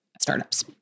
startups